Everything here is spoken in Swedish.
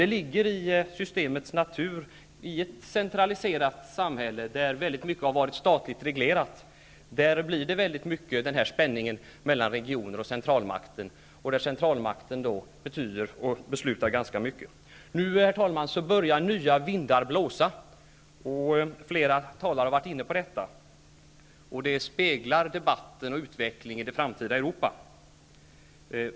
Det ligger emellertid i systemets natur i ett centraliserat samhälle, där väldigt mycket är statligt reglerat och där centralmakten fattar ganska många av besluten, att denna spänning mellan regioner och centralmakt uppstår. Nu börjar, herr talman, nya vindar blåsa, vilket flera talare redan har uppmärksammat. Detta speglar debatter och utveckling i det framtida Europa.